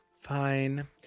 Fine